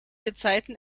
gezeiten